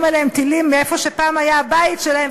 עליהם טילים מאיפה שפעם היה הבית שלהם,